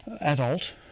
adult